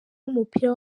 w’umupira